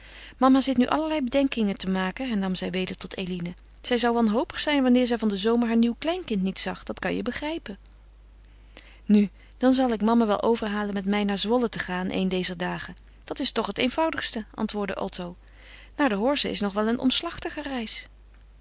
mama zit nu allerlei bedenkingen te maken hernam zij weder tot eline zij zou wanhopig zijn wanneer zij van den zomer haar nieuw kleinkind niet zag dat kan je begrijpen nu dan zal ik mama wel overhalen met mij naar zwolle te gaan een dezer dagen dat is toch het eenvoudigste antwoordde otto naar de horze is nog wel een omslachtiger reis